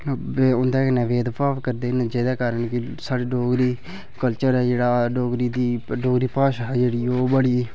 ते उं'दे कन्नै भेद भाव करदे न जेह्दे कारण कि साढ़ा डोगरा कलचर ए जेह्ड़ा डोगरी डोगरी भाशा ऐ जेह्ड़ी ओह् बड़ी